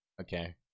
Okay